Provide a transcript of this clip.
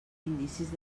indicis